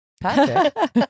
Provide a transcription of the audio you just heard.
Patrick